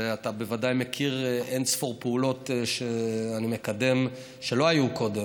ואתה בוודאי מכיר אין-ספור פעולות שאני מקדם ולא היו קודם.